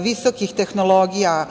visokih tehnologija,